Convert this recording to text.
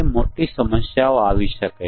તેથી સમસ્યા ઉભી થાય છે